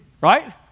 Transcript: right